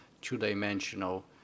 two-dimensional